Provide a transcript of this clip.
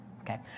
Okay